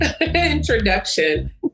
introduction